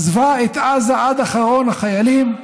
עזבה את עזה עד אחרון החיילים,